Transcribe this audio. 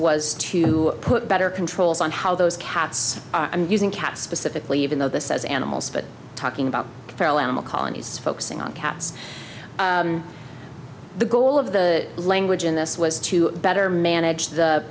was to put better controls on how those cats i'm using cats specifically even though this says animals but talking about feral animal colonies focusing on cats the goal of the language in this was to better manage the